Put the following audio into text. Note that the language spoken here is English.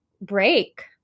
break